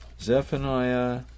Zephaniah